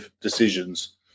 decisions